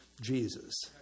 Jesus